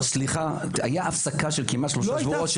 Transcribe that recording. רגע, סליחה, הייתה הפסקה של כמעט שלושה שבועות.